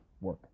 work